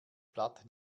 blatt